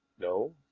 no.